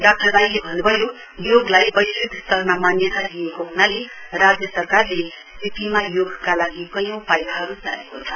doctor राईले अन्न्भयो योगलाई वैश्विक स्तरमा मान्यता दिअएको हनाले राज्य सरकारले सिक्किममा योगका लागि कैयौं पाइलाहरू चालेको छ